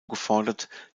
gefordert